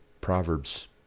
Proverbs